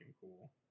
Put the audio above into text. cool